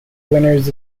winners